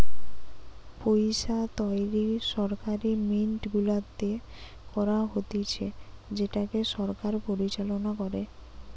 পইসা তৈরী সরকারি মিন্ট গুলাতে করা হতিছে যেটাকে সরকার পরিচালনা করে